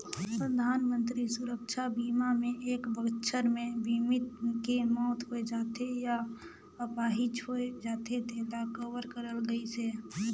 परधानमंतरी सुरक्छा बीमा मे एक बछर मे बीमित के मउत होय जाथे य आपाहिज होए जाथे तेला कवर करल गइसे